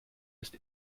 ist